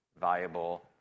valuable